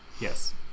yes